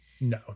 No